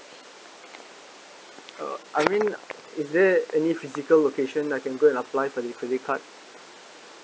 uh I mean is there any physical location I can go and apply for the credit card